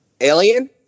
Alien